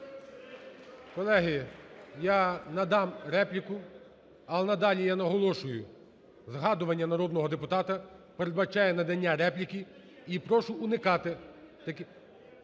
Колеги, я надам репліку, але надалі, я наголошую, згадування народного депутата передбачає надання репліки і прошу уникати таких...